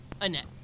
Annette